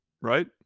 Right